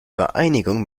vereinigung